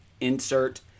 insert